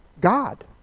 God